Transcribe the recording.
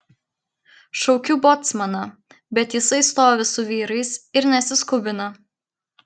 šaukiu bocmaną bet jisai stovi su vyrais ir nesiskubina